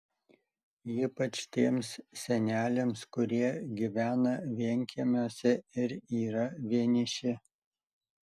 ypač tiems seneliams kurie gyvena vienkiemiuose ir yra vieniši